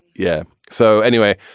yeah. so anyway,